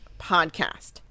podcast